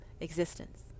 existence